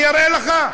אני אראה לך.